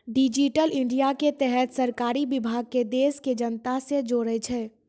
digital India के तहत सरकारी विभाग के देश के जनता से जोड़ै छै